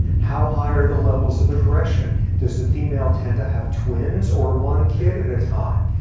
how high are the levels of aggression? does the female tend to have twins, or one kid at a time?